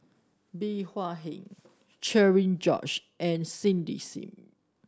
Bey Hua Heng Cherian George and Cindy Sim